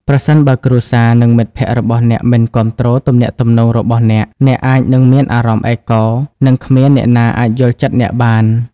ប្រសិនបើគ្រួសារ និងមិត្តភក្តិរបស់អ្នកមិនគាំទ្រទំនាក់ទំនងរបស់អ្នក អ្នកអាចនឹងមានអារម្មណ៍ឯកោ និងគ្មានអ្នកណាអាចយល់ចិត្តអ្នកបាន។